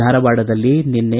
ಧಾರವಾಡದಲ್ಲಿ ನಿನ್ನೆ